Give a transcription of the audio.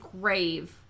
grave